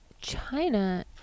China